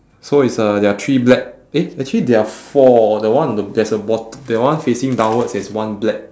so it's uh there are three black eh actually there are four the one on the there's a bot~ the one facing downwards there's one black